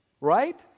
right